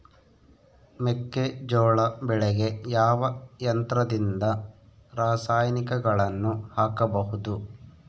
ಮೆಕ್ಕೆಜೋಳ ಬೆಳೆಗೆ ಯಾವ ಯಂತ್ರದಿಂದ ರಾಸಾಯನಿಕಗಳನ್ನು ಹಾಕಬಹುದು?